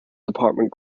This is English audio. department